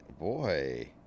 Boy